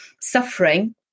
Suffering